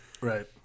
Right